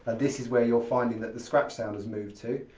and this is where you're finding that the scratch sound has moved to,